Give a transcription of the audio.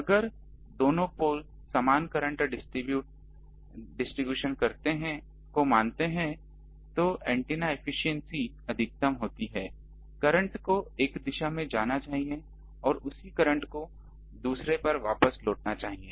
अगर दोनों पोल समान करंट डिस्ट्रीब्यूशन को मानते हैं तो रेडिएशन एफिशिएंसी अधिकतम होती है करंट को एक दिशा में जाना चाहिए और उसी करंट को दूसरे पर वापस लौटना चाहिए